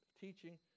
teaching